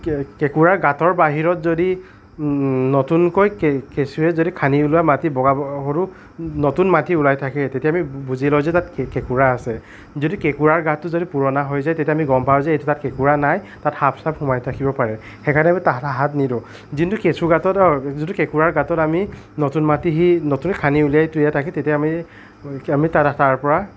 কেঁকোৰাৰ গাঁতৰ বাহিৰত যদি নতুনকৈ কেঁচুৱে যদি খানি ওলোৱা মাটি বগা সৰু নতুন মাটি ওলাই থাকে তেতিয়া আমি বুজিব লাগিব যে তাত কেঁকোৰা আছে যদি কেঁকোৰাৰ গাঁতটো যদি পুৰণা হৈ যায় তেতিয়া আমি গম পাওঁ যে এইটো গাঁত কেঁকোৰা নাই তাত সাপ চাপ সোমাই থাকিব পাৰে সেইকাৰণে আমি তাত হাত নিদিওঁ যোনটো কেঁচু গাঁতত যোনটো কেঁকোৰাৰ গাঁতত আমি নতুন মাটি নতুন খানি উলিয়াই দিয়া থাকে তেতিয়া আমি আমি তাৰ পৰা